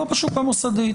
לא בשוק המוסדי.